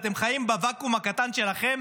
אתם חיים בוואקום הקטן שלכם,